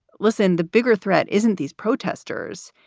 listen, the bigger threat isn't these protesters.